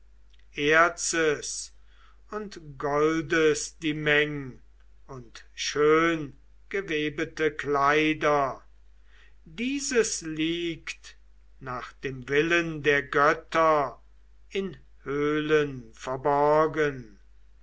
erzes und goldes die meng und schöngewebete kleider dieses liegt nach dem willen der götter in höhlen verborgen